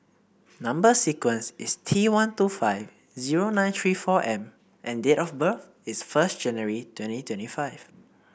number sequence is T one two five zero nine three four M and date of birth is first January twenty twenty five